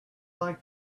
like